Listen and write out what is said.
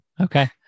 Okay